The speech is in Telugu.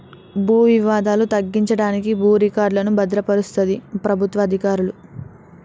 భూ వివాదాలు తగ్గించడానికి భూ రికార్డులను భద్రపరుస్తది ప్రభుత్వ అధికారులు